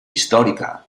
històrica